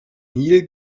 nil